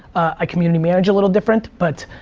i community manage a little different, but